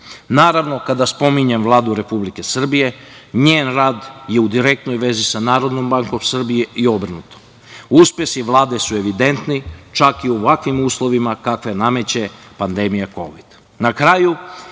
desilo. Naravno, kada spominjem Vladu Republike Srbije, njen rad je u direktnoj vezi sa Narodnom bankom Srbije i obrnuto. Uspesi Vlade su evidentni, čak i u ovakvim uslovima kakve nameće pandemija